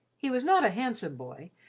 he was not a handsome boy,